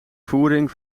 voering